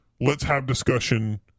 let's-have-discussion